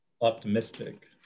optimistic